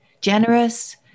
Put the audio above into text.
generous